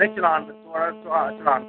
हां चलान थोआढ़ा चलान